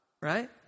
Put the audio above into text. right